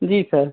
जी sir